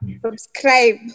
Subscribe